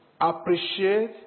Appreciate